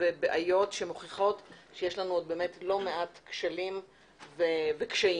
שמוכיחות שיש לנו לא מעט כשלים וקשיים.